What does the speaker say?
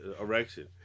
erection